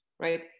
Right